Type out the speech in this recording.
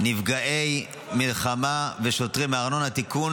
נפגעי מלחמה ושוטרים מארנונה) (תיקון,